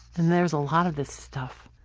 and there's a lot of this stuff.